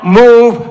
move